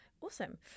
Awesome